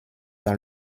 dans